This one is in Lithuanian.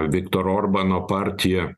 viktoro orbano partija